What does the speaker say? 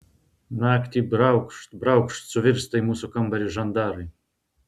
naktį braukšt braukšt suvirsta į mūsų kambarį žandarai